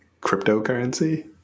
cryptocurrency